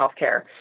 healthcare